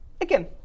again